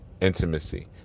intimacy